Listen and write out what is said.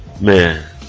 Man